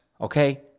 okay